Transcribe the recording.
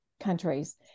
countries